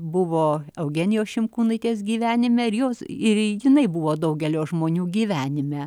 buvo eugenijos šimkūnaitės gyvenime ir jos ir jinai buvo daugelio žmonių gyvenime